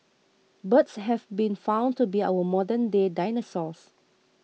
birds have been found to be our modernday dinosaurs